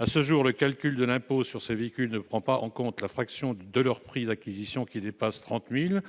À ce jour, le calcul de l'impôt sur ces véhicules ne prend pas en compte la fraction de leur prix d'acquisition, qui dépasse 30 000 euros.